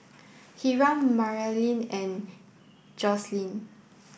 Hiram Maralyn and Jocelynn